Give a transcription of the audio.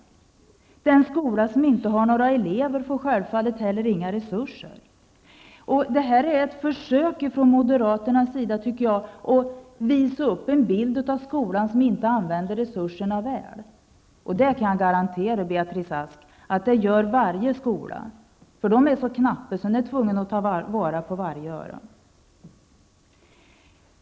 Den skola som inte har några elever får självfallet heller inga resurser. Det här är ett försök från moderaternas sida, tycker jag, att visa upp en bild av en skola som inte använder resurserna väl. Jag kan garantera, Beatrice Ask, att varje skola använder resurserna väl, för de är så knappa att man är tvungen att ta vara på varje öre.